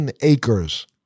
acres